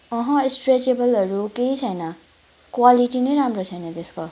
अहँ स्ट्रेचेबलहरू केही छैन क्वालिटी नै राम्रो छैन त्यसको